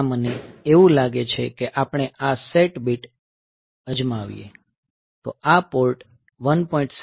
ત્યાં મને તેવું લાગે છે કે આપણે આ સેટ બીટ અજમાવીએ તો આ પોર્ટ 1